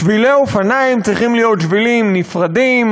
שבילי אופניים צריכים להיות שבילים נפרדים,